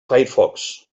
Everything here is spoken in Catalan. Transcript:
firefox